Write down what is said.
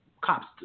Cops